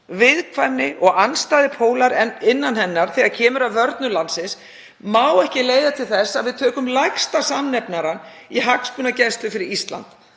viðkvæmni og andstæðir pólar innan hennar þegar kemur að vörnum landsins mega ekki leiða til þess að við tökum lægsta samnefnarann í hagsmunagæslu fyrir Ísland,